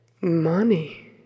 Money